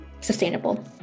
sustainable